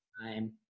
time